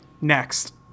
Next